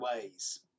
ways